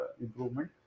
improvement